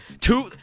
two